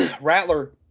Rattler